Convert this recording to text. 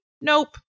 Nope